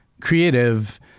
creative